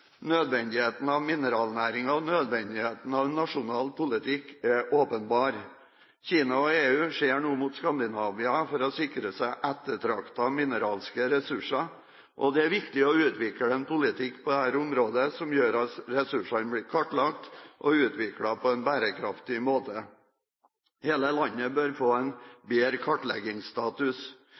Nødvendigheten av mineralnæringa og nødvendigheten av en nasjonal politikk er åpenbar. Kina og EU ser nå mot Skandinavia for å sikre seg ettertraktede mineralske ressurser. Det er viktig å utvikle en politikk på dette området som gjør at ressursene blir kartlagt og utviklet på en bærekraftig måte. Hele landet bør få en bedre kartleggingsstatus.